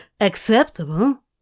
Acceptable